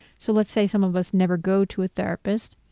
so let's say some of us never go to a therapist,